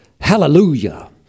hallelujah